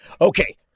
Okay